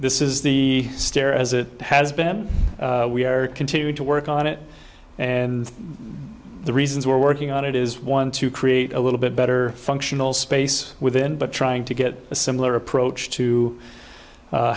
this is the stair as it has been we are continuing to work on it and the reasons we're working on it is one to create a little bit better functional space within but trying to get a similar approach to